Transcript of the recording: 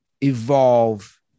evolve